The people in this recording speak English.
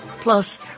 Plus